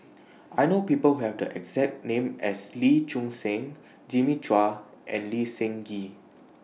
I know People Who Have The exact name as Lee Choon Seng Jimmy Chua and Lee Seng Gee